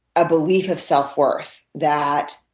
a belief of self-worth. that